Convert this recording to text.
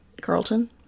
Carlton